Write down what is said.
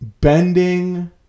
bending